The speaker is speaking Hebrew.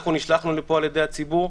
אנחנו נשלחנו לפה על ידי הציבור,